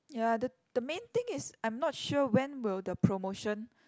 ya the the main thing is I'm not sure when will the promotion